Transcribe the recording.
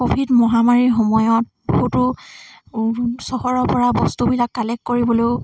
Covid মহামাৰীৰ সময়ত বহুতো চহৰৰ পৰা বস্তুবিলাক কালেক্ট কৰিবলৈও